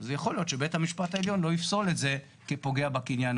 אז יכול להיות שבית המשפט העליון לא יפסול את זה כפוגע בקניין.